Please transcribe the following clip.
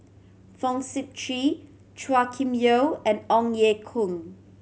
Fong Sip Chee Chua Kim Yeow and Ong Ye Kung